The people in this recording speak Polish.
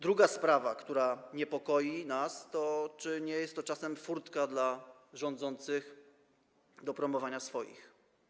Druga sprawa, która nas niepokoi, to czy nie jest to czasem furtka dla rządzących do promowania swoich.